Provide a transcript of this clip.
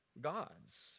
gods